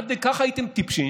עד כדי כך הייתם טיפשים